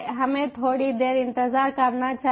हमें थोड़ी देर इंतजार करना चाहिए